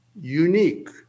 Unique